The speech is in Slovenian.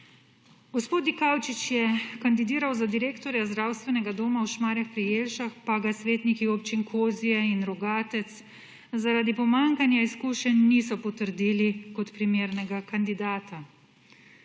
Gospod Dikaučič je kandidiral za direktorja Zdravstvenega doma v Šmarju pri Jelšah, pa ga svetniki občin Kozje in Rogatec zaradi pomanjkanja izkušenj niso potrdili kot primernega kandidata.